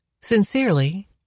Sincerely